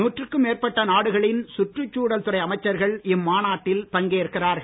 நூற்றுக்கும் மேற்பட்ட நாடுகளின் சுற்றுச்சூழல் துறை அமைச்சர்கள் இம்மாநாட்டில் பங்கேற்கிறார்கள்